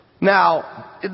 Now